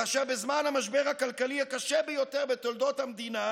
כאשר בזמן המשבר הכלכלי הקשה ביותר בתולדות המדינה